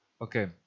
Okay